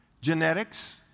genetics